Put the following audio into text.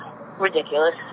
ridiculous